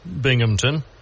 Binghamton